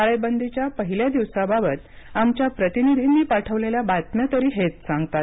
टाळेबंदीच्या पहिल्या दिवसाबाबत आमच्या प्रतिनिधींनी पाठवलेल्या बातम्या तरी हेच सांगतात